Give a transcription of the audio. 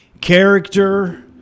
character